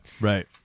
Right